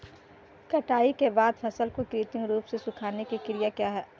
कटाई के बाद फसल को कृत्रिम रूप से सुखाने की क्रिया क्या है?